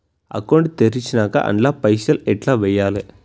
Account తెరిచినాక అండ్ల పైసల్ ఎట్ల వేయాలే?